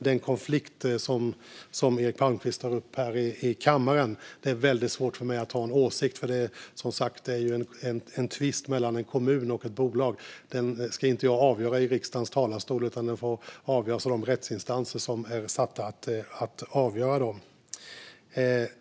Den konflikt som Eric Palmqvist tar upp här i kammaren är det väldigt svårt för mig att ha en åsikt om. Det är som sagt en tvist mellan en kommun och ett bolag. Den ska inte jag avgöra i riksdagens talarstol, utan den får avgöras av de rättsinstanser som är satta att göra det.